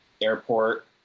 airport